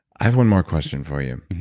i have one more question for you.